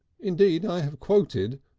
indeed i have quoted,